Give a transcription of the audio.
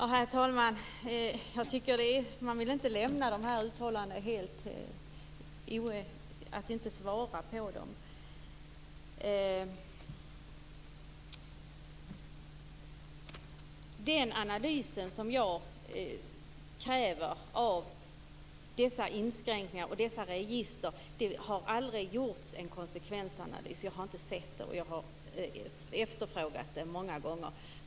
Herr talman! Jag vill inte lämna de här uttalandena helt obemötta. Den konsekvensanalys som jag kräver av dessa inskränkningar och register har aldrig gjorts. Jag har inte sett den, och jag efterfrågat den många gånger.